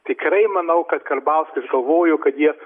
tikrai manau kad karbauskis galvojo kad jie